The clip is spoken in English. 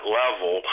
level